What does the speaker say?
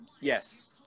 yes